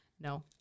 No